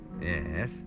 Yes